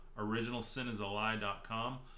OriginalSinIsALie.com